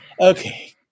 Okay